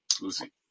Lucy